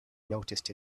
noticed